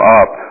up